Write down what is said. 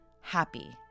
happy